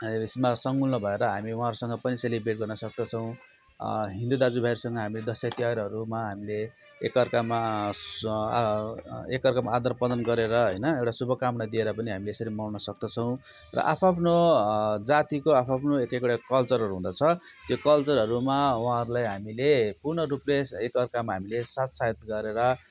हामीहरू यसमा संलग्न भएर हामी उहाँहरूसँग पनि सेलिब्रेट गर्न सक्दछौँ हिन्दू दाजुभाइहरूसँग हामी दसैँ तिहारहरूमा हामीले एक अर्कामा स एक अर्कामा आदान प्रदान गरेर होइन एउटा शुभकामना दिएर पनि हामीले यसरी मनाउन सक्दछौँ र आफ् आफ्नो जातिको आफ् आफ्नो एक एकवटा कल्चरहरू हुँदछ त्यो कल्चरहरूमा उहाँहरूलाई हामीले पूर्ण रूपले एक अर्कामा हामीले साथ सहायता गरेर